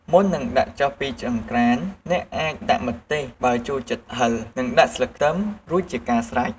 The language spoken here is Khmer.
មុននឹងដាក់ចុះពីចង្ក្រាន អ្នកអាចដាក់ម្ទេស បើចូលចិត្តហឹរ និងស្លឹកខ្ទឹម រួចជាការស្រេច។